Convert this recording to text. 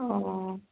অঁ